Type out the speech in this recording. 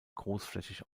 großflächig